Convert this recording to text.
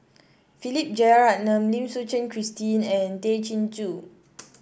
Philip Jeyaretnam Lim Suchen Christine and Tay Chin Joo